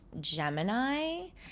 Gemini